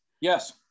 yes